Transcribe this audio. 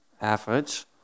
average